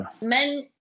men